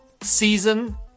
season